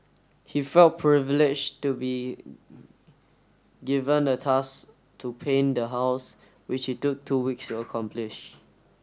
he felt privileged to be given the task to paint the house which he took two weeks accomplish